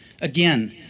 Again